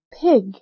Pig